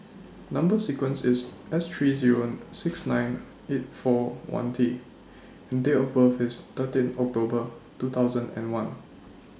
Number sequence IS S three Zero six nine eight four one T and Date of birth IS thirteen October two thousand and one